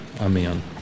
Amen